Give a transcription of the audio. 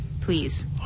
please